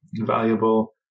Valuable